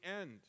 end